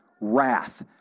wrath